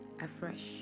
afresh